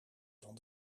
van